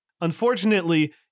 Unfortunately